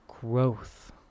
growth